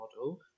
model